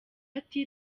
ati